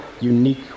unique